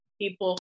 people